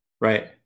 right